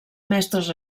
mestres